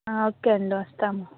okay అండి వస్తాము